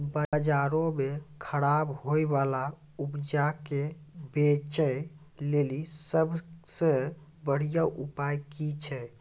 बजारो मे खराब होय बाला उपजा के बेचै लेली सभ से बढिया उपाय कि छै?